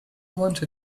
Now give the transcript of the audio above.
want